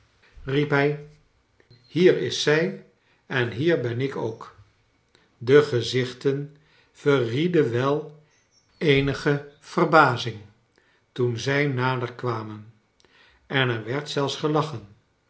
riep bij hier is zij en hier ben ik ook de gezichten verrieden wel eenige verbazing toen zij nader kwamen en er werd zelfs gelachen